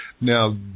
Now